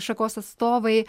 šakos atstovai